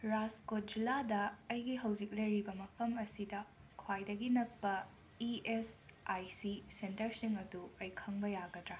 ꯔꯥꯖꯀꯣꯠ ꯖꯤꯂꯥꯗ ꯑꯩꯒꯤ ꯍꯧꯖꯤꯛ ꯂꯩꯔꯤꯕ ꯃꯐꯝ ꯑꯁꯤꯗ ꯈ꯭ꯋꯥꯏꯗꯒꯤ ꯅꯛꯄ ꯏ ꯑꯦꯁ ꯑꯥꯏ ꯁꯤ ꯁꯦꯟꯇꯔꯁꯤꯡ ꯑꯗꯨ ꯑꯩ ꯈꯪꯕ ꯌꯥꯒꯗ꯭ꯔꯥ